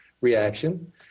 reaction